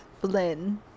Flynn